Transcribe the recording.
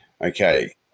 Okay